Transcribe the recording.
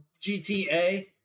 GTA